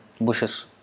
bushes